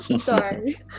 Sorry